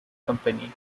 company